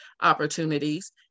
opportunities